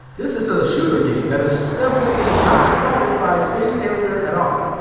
this is a shooter game that is definitely not inspired by space harrier at all.